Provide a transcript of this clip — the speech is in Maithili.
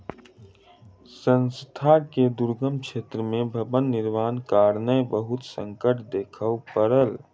संस्थान के दुर्गम क्षेत्र में भवन निर्माणक कारणेँ बहुत संकट देखअ पड़ल